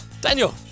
Daniel